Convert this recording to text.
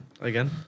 Again